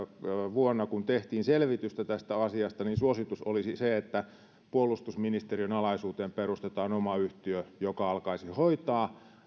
vuonna tehtiin selvitystä tästä asiasta niin suositus oli se että puolustusministeriön alaisuuteen perustetaan oma yhtiö joka alkaisi hoitamaan